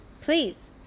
Please